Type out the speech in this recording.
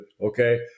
Okay